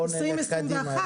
בואו נלך קדימה,